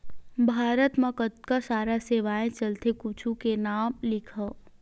भारत मा कतका सारा सेवाएं चलथे कुछु के नाम लिखव?